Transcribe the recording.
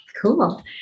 Cool